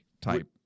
type